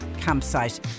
campsite